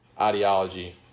ideology